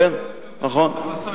לי לא אכפת, גם מס הכנסה.